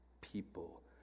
people